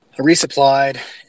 resupplied